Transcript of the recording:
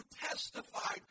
testified